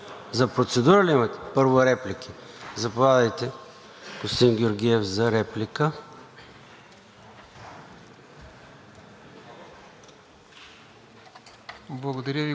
Благодаря Ви, господин Председател. Госпожо Нинова, тъй като Вие казахте, че единият от коалиционните партньори Ви е послушал